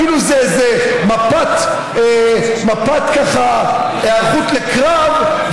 כאילו זה איזה מפת היערכות לקרב,